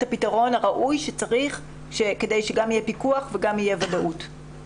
את הפתרון הראוי שצריך כדי שגם יהיה פיקוח וגם יהיה במהות.